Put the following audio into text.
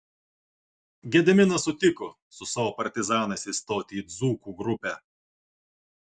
gediminas sutiko su savo partizanais įstoti į dzūkų grupę